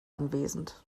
anwesend